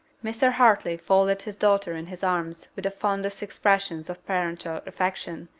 mr. hartley folded his daughter in his arms with the fondest expressions of parental affection,